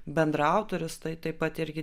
bendraautorius tai taip pat irgi